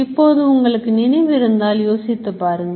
இப்போது உங்களுக்கு நினைவிருந்தால் யோசித்துப் பாருங்கள்